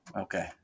Okay